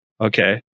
Okay